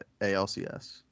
ALCS